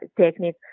technique